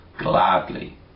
gladly